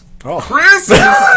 Christmas